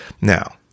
Now